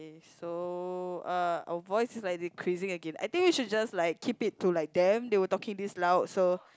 okay so uh our voice is like decreasing again I think we should just like keep it to like them they were talking this loud so